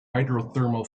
hydrothermal